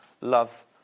love